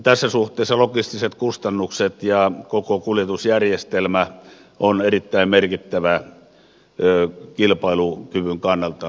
tässä suhteessa logistiset kustannukset ja koko kuljetusjärjestelmä ovat erittäin merkittäviä kilpailukyvyn kannalta